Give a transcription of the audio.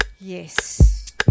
yes